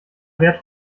wert